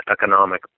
economic